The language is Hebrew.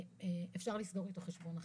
אפשר לסגור איתו חשבון אחרי,